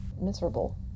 miserable